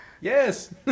Yes